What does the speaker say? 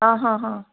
आं हां हां